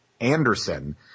Anderson